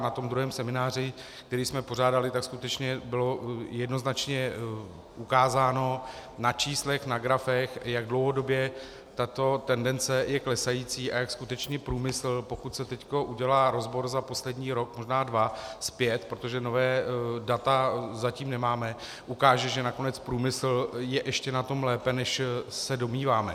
A na tom druhém semináři, který jsme pořádali, tak skutečně bylo jednoznačně ukázáno na číslech, na grafech, jak dlouhodobě tato tendence je klesající a jak skutečně průmysl, pokud se teď udělá rozbor za poslední rok, možná dva zpět, protože nová data zatím nemáme, ukáže, že nakonec průmysl je na tom ještě lépe, než se domníváme.